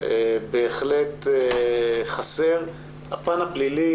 בהחלט חסר, הפן הפלילי